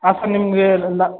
ಹಾಂ ಸರ್ ನಿಮಗೆ ನಾ